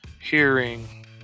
hearing